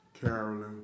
Carolyn